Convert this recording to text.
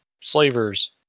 slavers